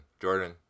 Jordan